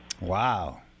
wow